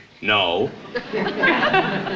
No